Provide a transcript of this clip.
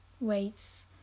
weights